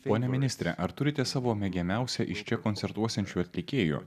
pone ministre ar turite savo mėgiamiausią iš čia koncertuosiančių atlikėjų